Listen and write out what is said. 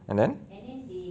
and then